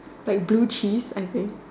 like blue cheese I think